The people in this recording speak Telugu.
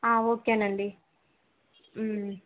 ఓకే అండి